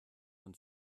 von